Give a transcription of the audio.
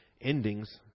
endings